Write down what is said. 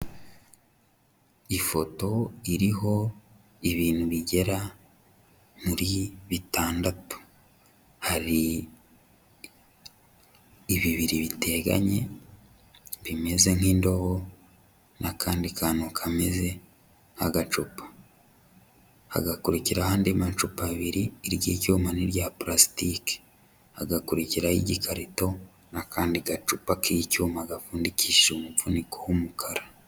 Ifoto iriho ibintu bigera muri bitandatu, hari bibiri biteganye bimeze nk'indobo n'akandi kantu kameze nk'agacupa, hagakurikiraho andi macupa abiri, iry'icyuma n'irya purasitike, hagakurikiraho igikarito n'akandi gacupa k'icyuma gapfundikishije umufuniko w'umukara.